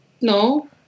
no